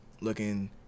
looking